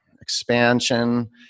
expansion